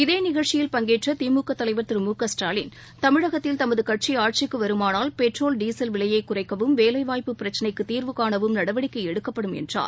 இதேநிகழ்ச்சியில் பங்கேற்றதிமுகதலைவர் திரு மு க ஸ்டாலின் தமிழகத்தில் தமதுகட்சிஆட்சிக்குவருமானால் பெட்ரோல் டீசல் விலையைக் குறைக்கவும் வேலைவாய்ப்பு பிரச்னைக்குத் தீர்வு காணவும் நடவடிக்கைஎடுக்கப்படும் என்றார்